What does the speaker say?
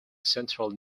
central